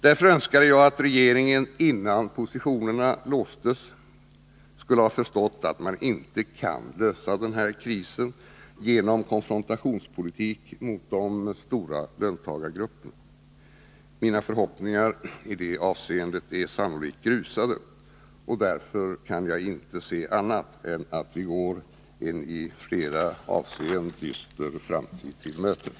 Därför önskade jag att regeringen, innan positionerna låstes, skulle ha förstått att man inte kan lösa krisen genom konfrontationspolitik mot de största löntagargrupperna. Mina förhoppningar i det avseendet är sannolikt grusade, och därför kan jag inte se annat än att vi går en i flera avseenden dyster framtid till mötes.